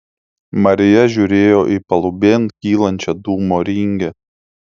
marija žiūrėjo į palubėn kylančią dūmo ringę